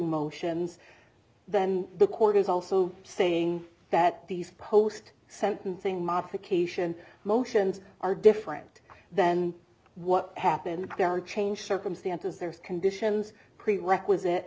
motions then the court is also saying that these post sentencing modification motions are different than what happened there are changed circumstances there are conditions prerequisite